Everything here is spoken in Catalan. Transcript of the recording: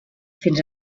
fins